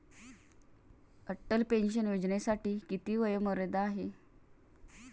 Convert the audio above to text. Atal pension योजनेसाठी किती वयोमर्यादा आहे?